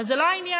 אבל זה לא העניין.